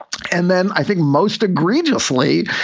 and then i think most egregiously,